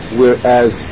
whereas